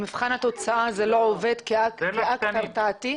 במבחן התוצאה זה לא עובד כאקט הרתעתי.